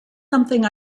something